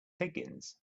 higgins